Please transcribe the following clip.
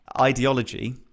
ideology